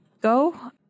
go